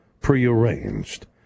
prearranged